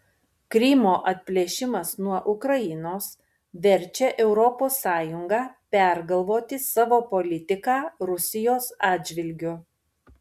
krymo atplėšimas nuo ukrainos verčia europos sąjungą pergalvoti savo politiką rusijos atžvilgiu